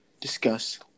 discuss